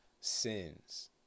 sins